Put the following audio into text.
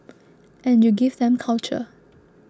and you give them culture